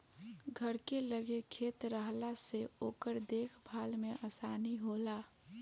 घर के लगे खेत रहला से ओकर देख भाल में आसानी होला